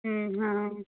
हाँ हाँ